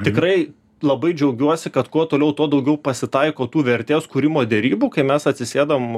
tikrai labai džiaugiuosi kad kuo toliau tuo daugiau pasitaiko tų vertės kūrimo derybų kai mes atsisėdam